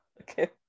okay